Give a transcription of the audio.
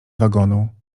wagonu